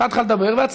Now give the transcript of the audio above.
אתה תראה בהקלטות.